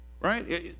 Right